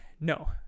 No